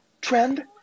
trend